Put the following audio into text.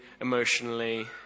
emotionally